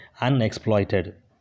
unexploited